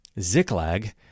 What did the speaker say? Ziklag